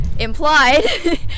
implied